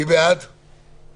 הצבעה